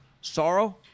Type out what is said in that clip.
sorrow